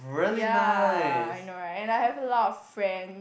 ya I know right and I have a lot of friend